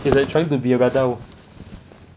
he's like trying to be a michael